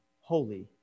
holy